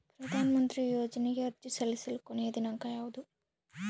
ಪ್ರಧಾನ ಮಂತ್ರಿ ಯೋಜನೆಗೆ ಅರ್ಜಿ ಸಲ್ಲಿಸಲು ಕೊನೆಯ ದಿನಾಂಕ ಯಾವದು?